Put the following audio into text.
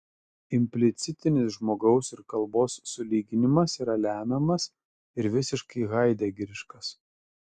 implicitinis žmogaus ir kalbos sulyginimas yra lemiamas ir visiškai haidegeriškas